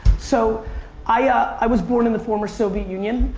so i was born in the former soviet union.